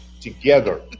together